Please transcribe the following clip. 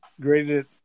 graded